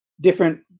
different